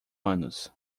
anos